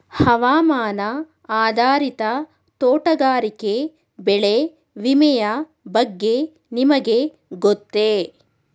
ಹವಾಮಾನ ಆಧಾರಿತ ತೋಟಗಾರಿಕೆ ಬೆಳೆ ವಿಮೆಯ ಬಗ್ಗೆ ನಿಮಗೆ ಗೊತ್ತೇ?